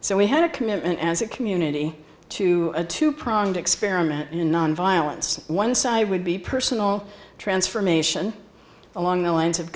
so we had a commitment as a community to a two pronged experiment in nonviolence one side would be personal transformation along the lines